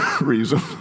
reason